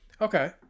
Okay